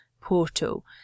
portal